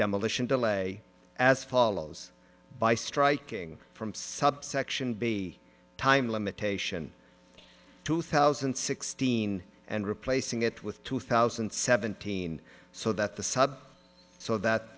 demolition delay as follows by striking from subsection b time limitation two thousand and sixteen and replacing it with two thousand and seventeen so that the sub so that